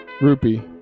Rupee